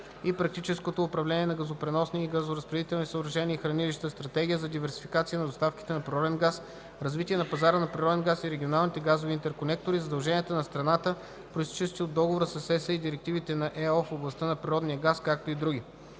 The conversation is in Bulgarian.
и практическото управление на газопреносни и газоразпределителни съоръжения и хранилища, стратегия за диверсификация на доставките на природен газ, развитие на пазара на природен газ и регионалните газови интерконектори, задълженията на страната, произтичащи от договора с Европейския съюз и директивите на Европейската общност в областта на природния газ, както и други.”